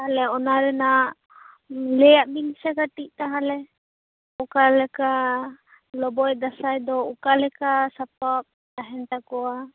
ᱛᱟᱦᱚᱞᱮ ᱚᱱᱟ ᱨᱮᱱᱟᱜ ᱞᱟᱹᱭᱟᱜ ᱵᱤᱱ ᱥᱮ ᱠᱟᱹᱴᱤᱡ ᱛᱟᱦᱚᱞᱮ ᱚᱠᱟ ᱞᱮᱠᱟ ᱞᱚᱵᱚᱭ ᱫᱟᱸᱥᱟᱭ ᱫᱚ ᱚᱠᱟ ᱞᱮᱠᱟ ᱥᱟᱯᱟᱵ ᱛᱟᱸᱦᱮᱱ ᱛᱟᱠᱚᱭᱟ